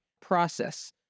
process